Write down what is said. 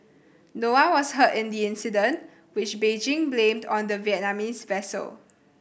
no one was hurt in the incident which Beijing blamed on the Vietnamese vessel